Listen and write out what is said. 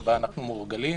שבה אנחנו מורגלים,